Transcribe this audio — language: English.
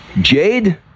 Jade